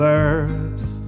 earth